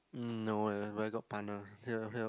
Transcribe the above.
mm no leh where got time one help help